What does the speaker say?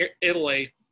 Italy